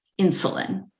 insulin